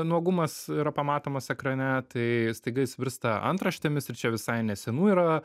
nuogumas yra pamatomas ekrane tai staiga jis virsta antraštėmis ir čia visai nesenų yra